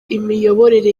imiyoborere